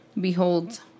Behold